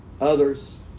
others